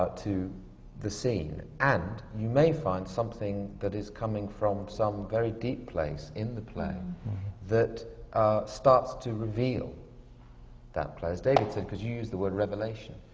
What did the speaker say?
ah to the scene. and you may find something that is coming from some very deep place in the play that starts to reveal that play, as david said, because you used the word revelation.